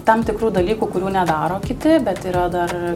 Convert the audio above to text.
tam tikrų dalykų kurių nedaro kiti bet yra dar